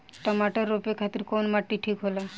टमाटर रोपे खातीर कउन माटी ठीक होला?